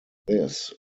this